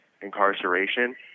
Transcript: incarceration